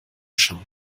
schauen